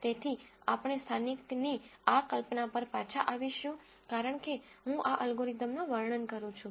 તેથી આપણે સ્થાનિક ની આ કલ્પના પર પાછા આવીશું કારણ કે હું આ અલ્ગોરિધમનો વર્ણન કરું છું